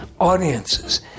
Audiences